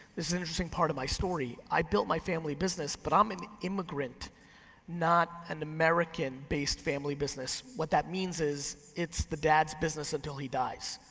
is an interesting part of my story. i built my family business but i'm an immigrant not an american based family business. what that means is it's the dad's business until he dies.